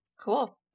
Cool